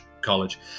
college